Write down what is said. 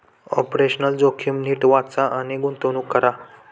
operational जोखीम नीट वाचा आणि गुंतवणूक करा